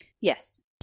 yes